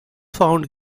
found